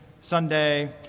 Sunday